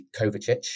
Kovacic